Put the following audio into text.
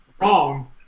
wrong